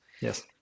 Yes